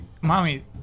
Mommy